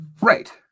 Right